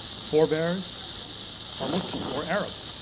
forbearers are muslim, or arab.